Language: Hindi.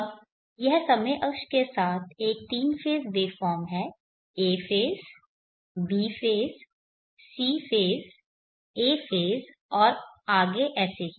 अब यह समय अक्ष के साथ एक तीन फेज़ वेवफॉर्म है a phase b phase c phase a phase और आगे ऐसे ही